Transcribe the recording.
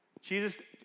Jesus